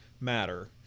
matter